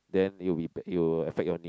then you'll be it'll affect your knee